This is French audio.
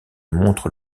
montre